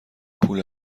پول